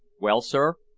well, sir,